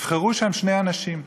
נבחרו שם שני אנשים: